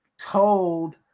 told